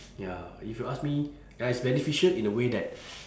ya if you ask me ya it's beneficial in a way that